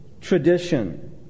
tradition